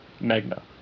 Magna